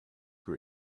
his